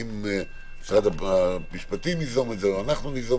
אם משרד המשפטים יזום את זה או אנחנו ניזום